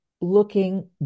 looking